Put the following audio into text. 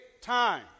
time